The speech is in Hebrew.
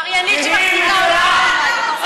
עבריינית שמחזיקה אותך בתוכה,